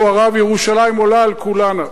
ירושלים עולה על כולנה,